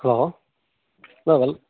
hello well